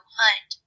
hunt